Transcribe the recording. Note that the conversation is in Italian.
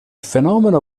fenomeno